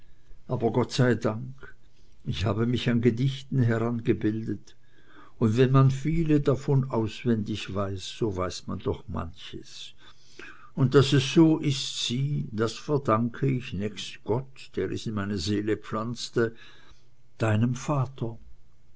aber gott sei dank ich habe mich an gedichten herangebildet und wenn man viele davon auswendig weiß so weiß man doch manches und daß es so ist sieh das verdanke ich nächst gott der es in meine seele pflanzte deinem vater